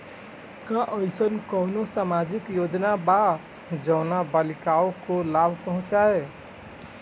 का अइसन कोनो सामाजिक योजना बा जोन बालिकाओं को लाभ पहुँचाए?